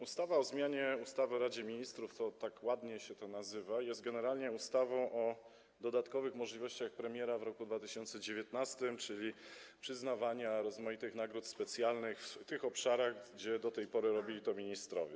Ustawa o zmianie ustawy o Radzie Ministrów - tak ładnie się to nazywa - jest generalnie ustawą o dodatkowych możliwościach premiera w roku 2019, czyli o przyznawaniu rozmaitych nagród specjalnych w tych obszarach, w których do tej pory robili to ministrowie.